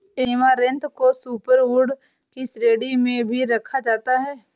amaranth को super food की श्रेणी में भी रखा जाता है